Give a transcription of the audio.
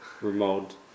remote